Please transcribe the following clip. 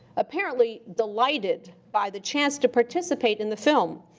apparently, delighted by the chance to participate in the film,